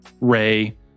Ray